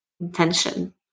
intention